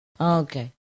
Okay